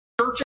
church